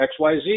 XYZ